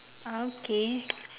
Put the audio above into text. ah okay